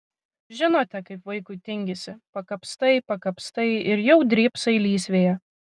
žinote kaip vaikui tingisi pakapstai pakapstai ir jau drybsai lysvėje